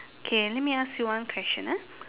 okay let me ask you one question ah